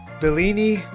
Bellini